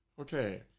Okay